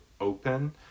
open